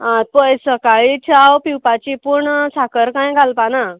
आं पळय सकाळीं च्याव पिवपाची पूण साखर कांय घालपाना